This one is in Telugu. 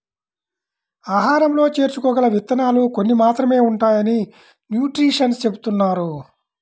ఆహారంలో చేర్చుకోగల విత్తనాలు కొన్ని మాత్రమే ఉంటాయని న్యూట్రిషన్స్ చెబుతున్నారు